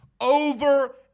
over